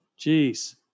Jeez